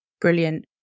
Brilliant